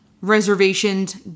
reservations